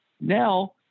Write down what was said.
Now